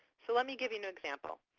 so let me give you an example.